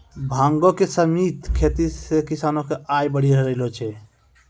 भांगो के सिमित खेती से किसानो के आय बढ़ी रहलो छै